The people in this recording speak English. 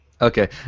Okay